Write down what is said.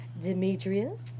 Demetrius